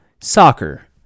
soccer